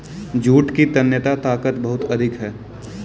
jute की तन्यता ताकत बहुत अधिक है